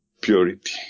purity